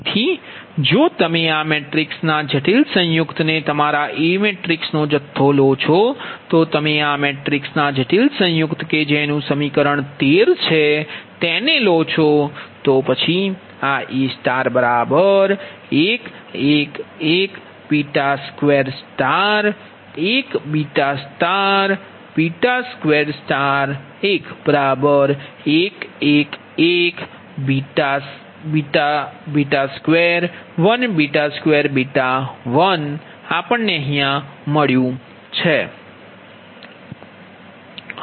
તેથી જો તમે આ મેટ્રિક્સના જટિલ સંયુક્તને તમારા A મેટ્રિક્સનો જથ્થો લો છો તો તમે આ મેટ્રિક્સના જટિલ સંયુક્ત કે જેનું સમીકરણ 13 છે તેને લો છો પછીA1 1 1 2 1 2 1 1 1 1 2 1 2 1